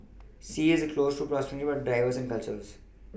sea is close in proximity but very diverse in cultures